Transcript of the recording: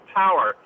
power